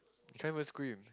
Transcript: can't even scream